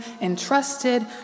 entrusted